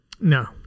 No